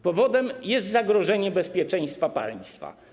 Powodem jest zagrożenie bezpieczeństwa państwa.